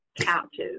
couches